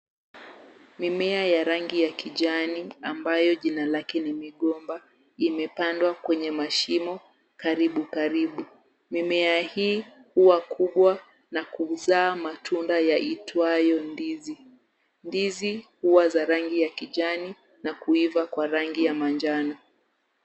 Mimea ya rangi ya kijani ambayo jina lake ni migomba imepandwa kwenye mashimo karibu karibu. Mimea hii huwa kubwa na kuzaa matunda yaitwayo ndizi. Ndizi huwa za rangi ya kijani na kuiva kwa rangi ya manjano.